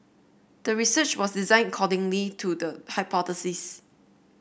the research was designed accordingly to the hypothesis